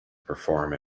perform